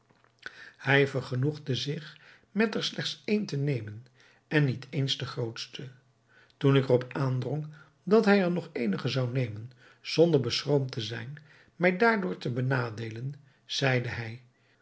hij vergenoegde zich met er slechts één te nemen en niet eens den grootste toen ik er op aandrong dat hij er nog eenigen zou nemen zonder beschroomd te zijn mij daardoor te benadeelen zeide hij